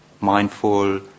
mindful